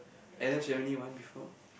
Addam's-Family one before